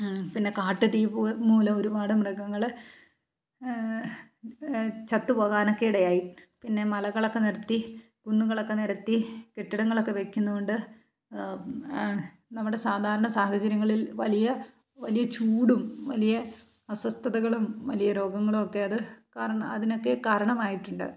പിന്നെ കാട്ടുതീപോൽ മൂലം ഒരുപാട് മൃഗങ്ങൾ ചത്തുപോകാനൊക്കെ ഇടയായി പിന്നെ മലകളൊക്കെ നിരത്തി കുന്നുകളൊക്കെ നിരത്തി കെട്ടിടങ്ങളൊക്കെ വെക്കുന്നതുകൊണ്ട് നമ്മുടെ സാധാരണ സാഹചര്യങ്ങളിൽ വലിയ വലിയ ചൂടും വലിയ അസ്വസ്ഥതകളും വലിയ രോഗങ്ങളുമൊക്കെ അത് കാരണം അതിനൊക്കെ കാരണമായിട്ടുണ്ട്